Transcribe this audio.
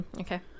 okay